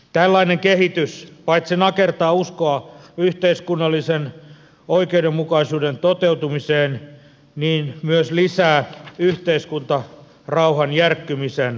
tällainen kehitys paitsi nakertaa uskoa yhteiskunnallisen oikeudenmukaisuuden toteutumiseen myös lisää yhteiskuntarauhan järkkymisen mahdollisuutta